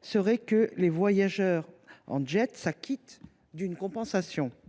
personnes qui voyagent en jet s’acquittent d’une compensation financière.